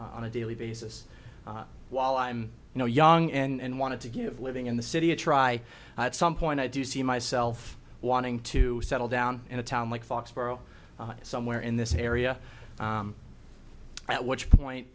on a daily basis while i'm you know young and wanted to give living in the city a try at some point i do see myself wanting to settle down in a town like foxboro somewhere in this area at which point